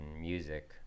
music